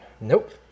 Nope